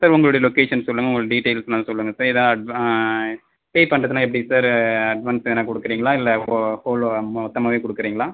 sir உங்களோட location சொல்லுங்கள் உங்களோட டீட்டெயில்ஸ்லாம் சொல்லுங்கள் சார் ஏதா அட்வா பே பண்ணுறதுலாம் எப்படி சார் அட்வான்ஸ் எதனா கொடுக்குறீங்களா இல்லை ஹோல் ஹோலாக மொத்தமாகவே கொடுக்குறீங்களா